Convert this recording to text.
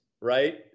right